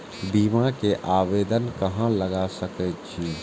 बीमा के आवेदन कहाँ लगा सके छी?